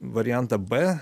variantą b